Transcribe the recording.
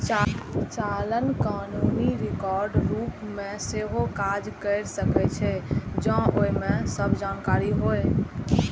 चालान कानूनी रिकॉर्डक रूप मे सेहो काज कैर सकै छै, जौं ओइ मे सब जानकारी होय